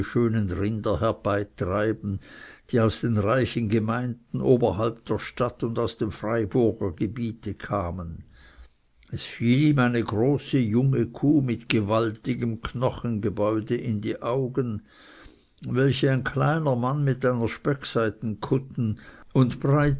schönen rinder herbeitreiben die aus den reichen gemeinden oberhalb der stadt und aus dem freiburger gebiete kamen es fiel ihm eine große junge kuh mit gewaltigem knochengebäude in die augen welche ein kleiner mann mit einer speckseitenkutte und